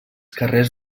carrers